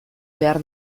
behar